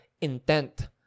intent